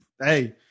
Hey